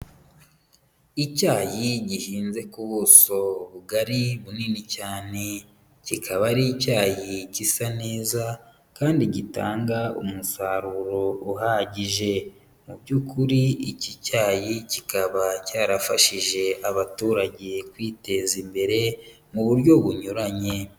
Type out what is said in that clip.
Icyayi gihinze ku buso bugari bunini cyane, kikaba ari icyayi gisa neza kandi gitanga umusaruro uhagije, mu by'ukuri iki cyayi kikaba cyarafashije abaturage kwiteza imbere mu buryo bunyuranye.